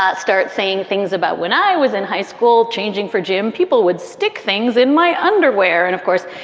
ah start saying things about when i was in high school, changing for gym people would stick things in my underwear. and of course,